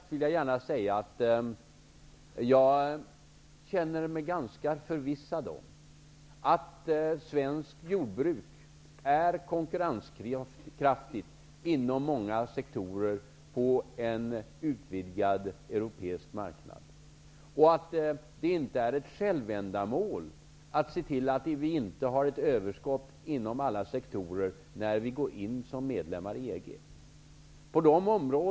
Jag vill gärna säga att jag känner mig ganska förvissad om att svenskt jordbruk är konkurrenskraftigt inom många sektorer på en utvidgad europeisk marknad. Det är inget självändamål att se till att vi inte har ett överskott inom alla sektorer när vi går in som medlem i EG.